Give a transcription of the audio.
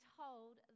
told